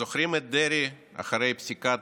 זוכרים את דרעי אחרי פסיקת